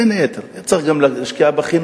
בין היתר היה צריך גם להשקיע בחינוך,